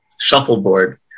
shuffleboard